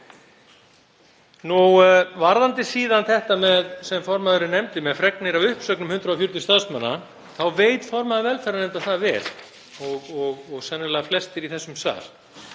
um. Varðandi það sem formaðurinn nefndi með fregnir af uppsögnum 140 starfsmanna veit formaður velferðarnefndar það vel, og sennilega flestir í þessum sal,